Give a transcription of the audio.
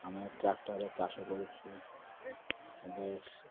ଆମେ ଟ୍ରାକ୍ଟରରେ ଚାଷ କରୁଛୁ ବେଶ